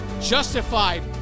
justified